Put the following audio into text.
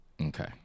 Okay